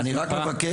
אני רק מבקש.